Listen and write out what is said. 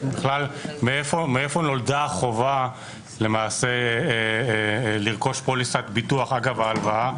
מאיפה נולדה החובה למעשה לרכוש פוליסת ביטוח אגב ההלוואה.